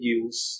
use